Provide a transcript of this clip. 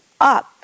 up